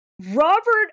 Robert